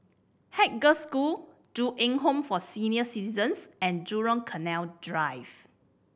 Haig Girls' School Ju Eng Home for Senior Citizens and Jurong Canal Drive